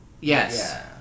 Yes